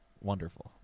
Wonderful